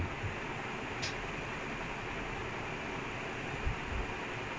அவன் ரொம்ப நல்லா ஆடுவான்ல:avan romba nallaa aaduvaanla that's why P_S_G signed him also but he did nothing in P_S_G also